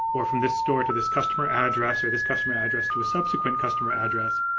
or from this store to this customer address, or this customer address to a subsequent customer address?